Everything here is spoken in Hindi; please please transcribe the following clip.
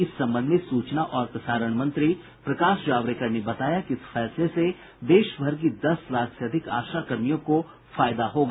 इस संबंध में सूचना और प्रसारण मंत्री प्रकाश जावड़ेकर ने बताया कि इस फैसले से देश भर की दस लाख से अधिक आशा कर्मियों को फायदा होगा